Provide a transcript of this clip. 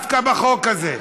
דווקא בחוק הזה.